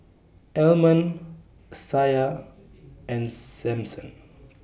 Almon Isiah and Samson